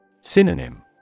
Synonym